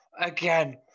Again